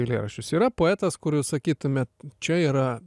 eilėraščius yra poetas kur jau sakytumėt čia yra